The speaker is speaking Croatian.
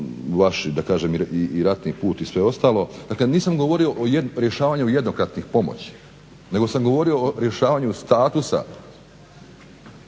vaš da kažem i ratni put i sve ostalo, dakle nisam govorio o rješavanju jednokratnih pomoći nego sam govorio o rješavanju statusa